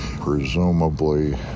Presumably